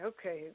Okay